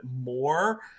more